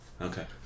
Okay